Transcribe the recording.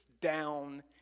down